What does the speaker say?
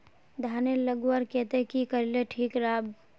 धानेर लगवार केते की करले ठीक राब?